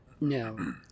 No